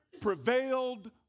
prevailed